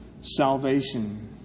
salvation